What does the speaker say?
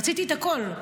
רציתי את הכול.